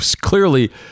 Clearly